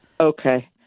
Okay